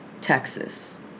Texas